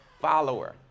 follower